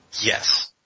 Yes